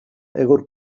egur